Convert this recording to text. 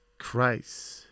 Christ